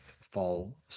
fall